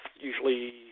usually